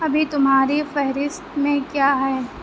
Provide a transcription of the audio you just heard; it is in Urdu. ابھی تمہاری فہرست میں کیا ہے